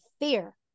fear